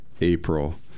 April